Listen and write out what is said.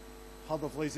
באבולוציה,